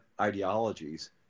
ideologies